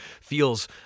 feels